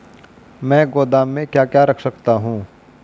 मैं गोदाम में क्या क्या रख सकता हूँ?